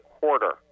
quarter